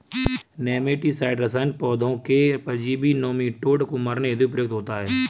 nematicide रसायन पौधों के परजीवी नोमीटोड को मारने हेतु प्रयुक्त होता है